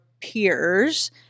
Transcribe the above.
peers